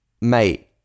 mate